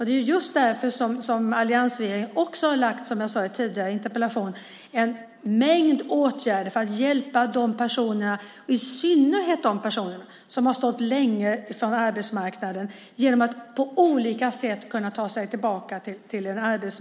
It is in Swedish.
Det är just därför som alliansregeringen, vilket jag sade i en tidigare interpellation, har lagt fram en mängd åtgärder för att hjälpa i synnerhet dem som står långt från arbetsmarknaden att på olika sätt ta sig tillbaka i arbete.